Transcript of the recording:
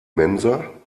mensa